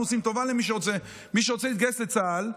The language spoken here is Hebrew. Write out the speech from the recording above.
מי שרוצה להתגייס לצה"ל,